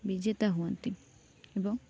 ବିଜେତା ହୁଅନ୍ତି ଏବଂ